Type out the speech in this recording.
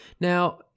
Now